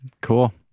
Cool